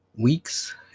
weeks